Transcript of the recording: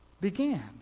began